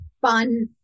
fun